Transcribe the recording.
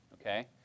okay